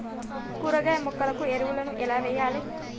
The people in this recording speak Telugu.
కూరగాయ మొక్కలకు ఎరువులను ఎలా వెయ్యాలే?